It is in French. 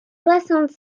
soixante